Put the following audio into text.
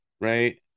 Right